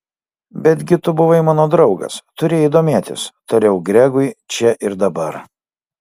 betgi tu buvai mano draugas turėjai domėtis tariau gregui čia ir dabar